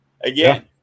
again